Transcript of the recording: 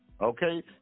okay